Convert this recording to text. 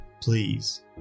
please